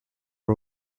are